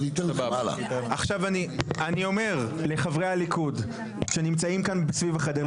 אומר לחברי הליכוד שנמצאים כאן בחדר,